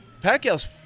Pacquiao's